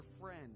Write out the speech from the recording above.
friend